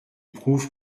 prouve